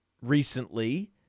recently